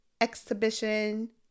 exhibition